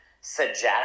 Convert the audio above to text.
suggest